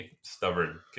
stubborn